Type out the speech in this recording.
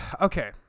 okay